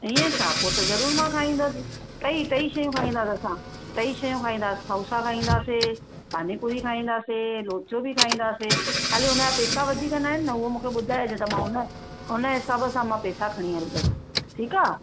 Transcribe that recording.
ईअं छा पोइ त जरूर मां खाइदसि टइ टइ शयूं खाइंदासीं असां टइ शयूं खाइदासीं खाउसा खाइदासीं पानीपूरी खाइदासीं लोचो बि खाइदासीं ख़ाली उनया पैसा वधिक न आहिनि न हूअ मूंखे ॿुधाइजाइं उन उन हिसाब सां मां पैसा खणी हलंदसि ठीकु आहे